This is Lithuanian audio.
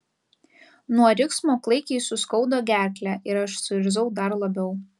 nuo riksmo klaikiai suskaudo gerklę ir aš suirzau dar labiau